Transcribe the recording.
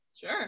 Sure